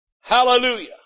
Hallelujah